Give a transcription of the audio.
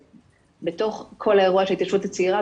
שבתוך כל האירוע של ההתיישבות הצעירה,